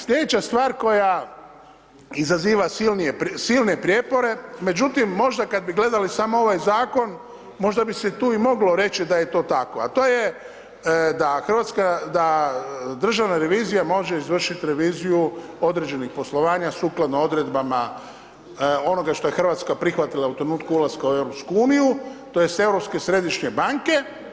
Slijedeća stvar koja izaziva silne prijepore, međutim, možda kad bi gledali samo ovaj zakon, možda bi se tu i moglo reći da je to tako, a to je da državna revizija može izvršit reviziju određenih poslovanja sukladno odredbama onoga što je RH prihvatila u trenutku ulaska u EU tj. Europske središnje banke.